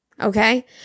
okay